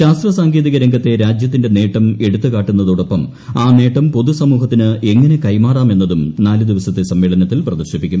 ശാസ്ത്ര സാങ്കേതിക രംഗത്തെ രാജ്യത്തിന്റെ നേട്ടം എടുത്തുകാട്ടുന്നതോടൊപ്പം ആ നേട്ടം പൊതുസമൂഹത്തിന് എങ്ങനെ കൈമാറാം എന്നതും നാലുദിവസത്തെ സമ്മേളനത്തിൽ പ്രദർശിപ്പിക്കും